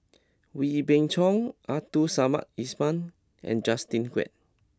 Wee Beng Chong Abdul Samad Ismail and Justin Quek